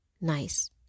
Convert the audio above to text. nice